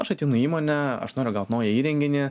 aš ateinu į įmonę aš noriu gaut naują įrenginį